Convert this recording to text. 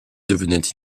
devenait